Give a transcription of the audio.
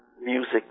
music